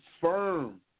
firm